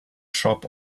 shop